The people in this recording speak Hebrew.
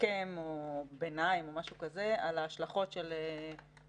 מסכם או דוח ביניים על ההשלכות של הסיפוח?